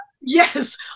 Yes